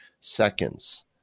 seconds